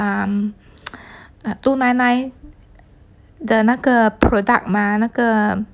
um two nine nine 的那个 product 吗那个